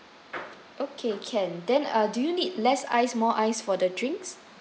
okay can then uh do you need less ice more ice for the drinks